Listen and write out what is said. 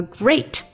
great